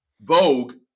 vogue